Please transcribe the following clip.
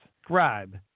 subscribe